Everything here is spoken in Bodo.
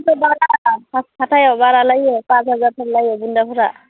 माबा हाथायाव बारा लायो फास हाजारफोर लायो बुनदाफोरा